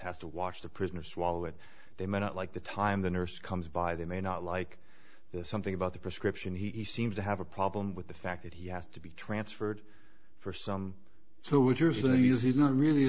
has to watch the prisoner swallow it they may not like the time the nurse comes by they may not like there's something about the prescription he seems to have a problem with the fact that he has to be transferred for some so what you're saying is he's not really